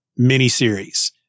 miniseries